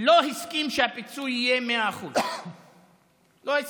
לא הסכים שיהיה פיצוי של 100%. לא הסכים.